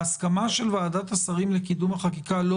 ההסכמה של ועדת השרים לקידום החקיקה לא